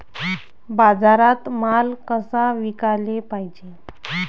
बाजारात माल कसा विकाले पायजे?